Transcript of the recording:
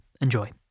Enjoy